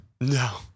No